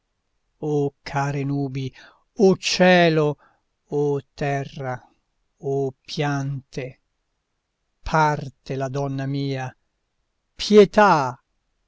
o care nubi o cielo o terra o piante parte la donna mia pietà